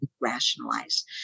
rationalize